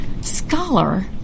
scholar